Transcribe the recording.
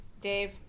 Dave